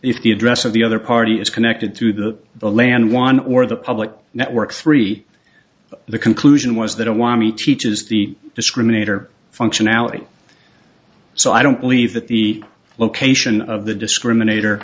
the address of the other party is connected through the land won or the public network three the conclusion was that don't want me teaches the discriminator functionality so i don't believe that the location of the discriminat